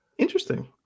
interesting